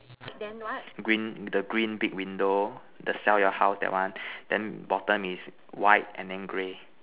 green the green big window the sell your house that one then bottom is white and then grey